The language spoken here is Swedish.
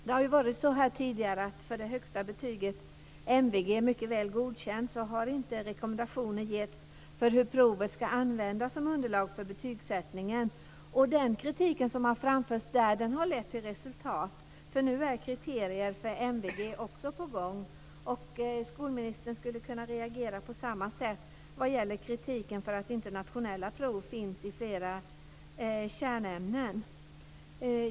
När det gäller det högsta betyget MVG, mycket väl godkänd, har rekommendationer tidigare inte getts för hur provet ska användas som underlag för betygssättningen. Den kritik som har framförts i det avseendet har lett till resultat. Nu är kriterier för MVG också på gång. Skolministern skulle kunna reagera på samma sätt när det gäller kritiken mot att nationella prov inte finns i fler kärnämnen.